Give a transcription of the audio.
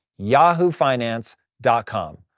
yahoofinance.com